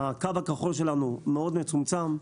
הקו הכחול שלנו מאוד מצומצם.